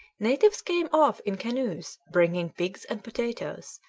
natives came off in canoes bringing pigs and potatoes,